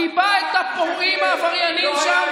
גיבה את הפורעים העבריינים, לא היה לינץ'.